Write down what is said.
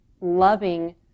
loving